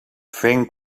fent